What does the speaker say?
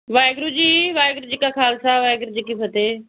ਵਾਹਿਗੁਰੂ ਜੀ ਵਾਹਿਗੁਰੂ ਜੀ ਕਾ ਖਾਲਸਾ ਵਾਹਿਗੁਰੂ ਜੀ ਕੀ ਫਤਿਹ